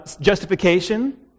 justification